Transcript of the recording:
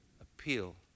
appeal